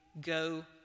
go